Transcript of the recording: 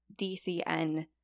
DCN